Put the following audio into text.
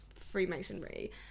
Freemasonry